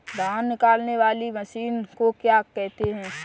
धान निकालने वाली मशीन को क्या कहते हैं?